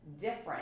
different